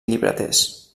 llibreters